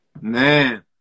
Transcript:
Man